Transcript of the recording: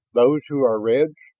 those who are reds,